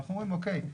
ואנחנו אומרים: או-קיי,